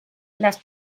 las